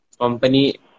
company